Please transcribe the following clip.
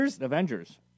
Avengers